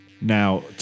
Now